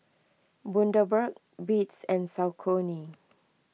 Bundaberg Beats and Saucony